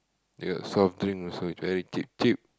ya soft drink also very cheap cheap